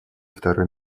второй